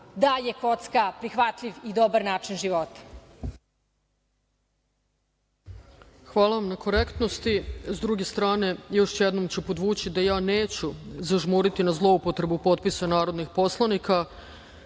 da je kocka prihvatljiv i dobar način života. **Ana Brnabić** Hvala vam na korektnosti. S druge strane, još jednom ću podvući da ja neću zažmuriti na zloupotrebu potpisa narodnih poslanika